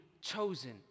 chosen